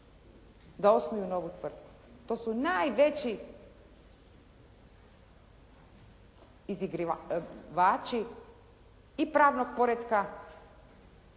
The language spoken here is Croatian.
da osnuju novu tvrtku. To su najveći izigravači i pravnog poretka,